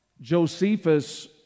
Josephus